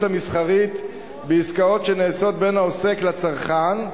המסחרית בעסקאות שנעשות בין העוסק לצרכן.